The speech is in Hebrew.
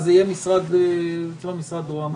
אז זה יהיה משרד ראש הממשלה.